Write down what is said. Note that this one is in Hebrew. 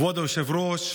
כבוד היושב-ראש,